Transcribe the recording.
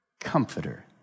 comforter